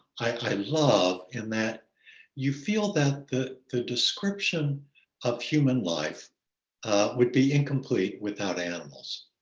i love and that you feel that the the description of human life would be incomplete without animals.